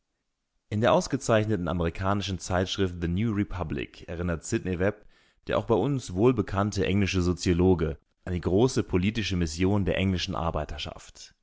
in der ausgezeichneten amerikanischen zeitschrift the new republic erinnert sidney webb der auch bei uns wohlbekannte englische soziologe an die große politische mission der englischen arbeiterschaft